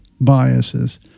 biases